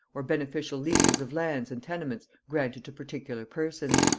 or beneficial leases of lands and tenements granted to particular persons.